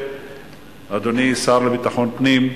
אדוני השר לביטחון פנים,